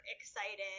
excited